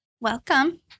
Welcome